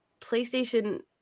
PlayStation